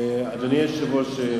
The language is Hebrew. אדוני היושב-ראש,